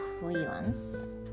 freelance